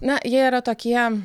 na jie yra tokie